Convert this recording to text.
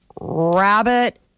rabbit